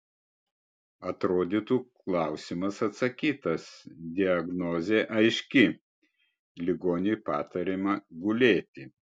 atrodytų klausimas atsakytas diagnozė aiški ligoniui patariama gulėti